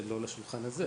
זה לא לשולחן הזה,